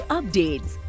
updates